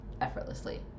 effortlessly